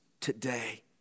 today